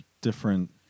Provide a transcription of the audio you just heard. different